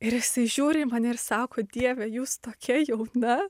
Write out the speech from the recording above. ir jisai žiūri į mane ir sako dieve jūs tokia jauna